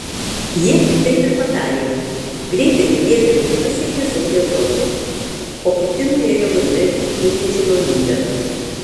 jie taip ir padarė greitai judėdami pasiekė saugią zoną o kiti nuėjo gatve į nežinomybę